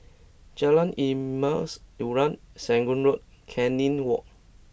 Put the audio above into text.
Jalan Emas Urai Serangoon Road Canning Walk